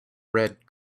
red